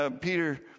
peter